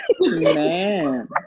man